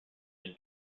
been